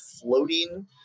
floating